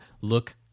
look